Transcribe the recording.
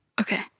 Okay